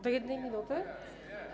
Do 1 minuty?